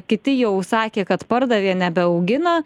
kiti jau sakė kad pardavė nebeaugina